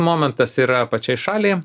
momentas yra pačiai šaliai